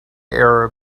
arab